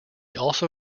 also